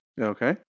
Okay